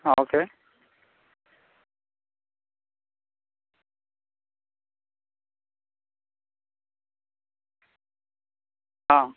ആ ഓക്കെ ആ